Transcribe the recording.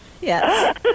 Yes